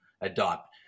adopt